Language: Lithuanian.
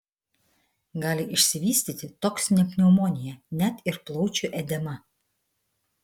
gali išsivystyti toksinė pneumonija net ir plaučių edema